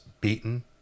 beaten